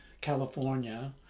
California